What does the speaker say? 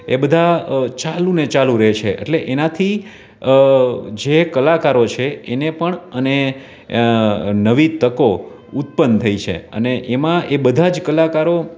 એ બધાં ચાલુ ને ચાલુ રહે છે એટલે એનાંથી જે કલાકારો છે એને પણ અને નવી તકો ઉત્પન્ન થઇ છે અને એમાં એ બધા જ કલાકારો